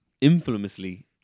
infamously